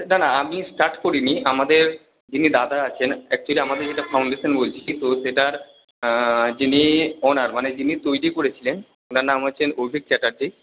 না না আমি স্টার্ট করিনি আমাদের যিনি দাদা আছেন অ্যাকচুয়ালি আমাদের যেটা ফাউন্ডেশান বলছি তো সেটার যিনি ওনার মানে যিনি তৈরি করেছিলেন ওনার নাম হচ্ছে অভীক চ্যাটার্জি